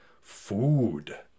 Food